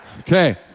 Okay